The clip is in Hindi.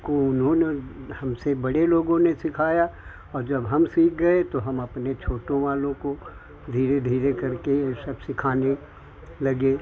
को उन्होंने हमसे बड़े लोगों ने सिखाया और जब हम सीख गए तो हम अपने छोटों वालों को धीरे धीरे करके यह सब सिखाने लगे